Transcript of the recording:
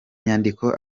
nyandiko